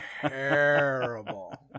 terrible